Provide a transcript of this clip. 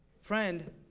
Friend